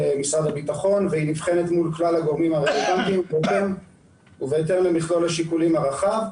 והיא נבחנת מול כלל הגורמים הרלוונטיים ובהתאם למכלול השיקולים הרחב.